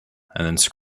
and